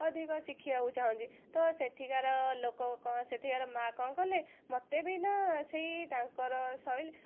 ଅଧିକ ଶିଖିବାକୁ ଚାହୁଁଛି ତ ସେଠିକାର ଲୋକ କ ସେଠିକାର ମାଆ କ'ଣ କଲେ ମୋତେ ବି ନା ସେଇ ତାଙ୍କର ଶୈଳୀ